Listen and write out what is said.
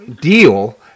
deal